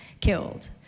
killed